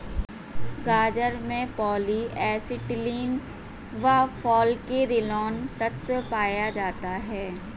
गाजर में polyacetylene व फालकैरिनोल तत्व पाया जाता है